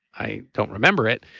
i don't remember it.